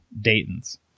Dayton's